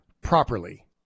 properly